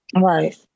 Right